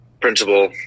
principal